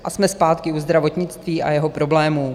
A jsme zpátky u zdravotnictví a jeho problémů.